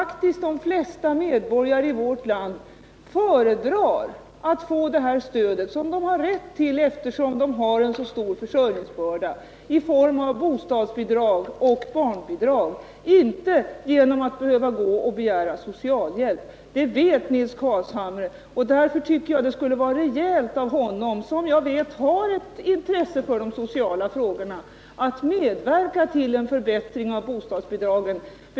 Det beror på att de flesta medborgare i vårt land föredrar att få det stöd de har rätt till, eftersom de har en så stor försörjningsbörda, i form av bostadsbidrag och barnbidrag framför att behöva begära socialhjälp. Det vet Nils Carlshamre. Därför tycker jag det skulle vara rejält av honom -— jag vet att han har ett intresse för de sociala frågorna — att medverka till en förbättring av bostadsbidragen.